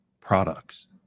products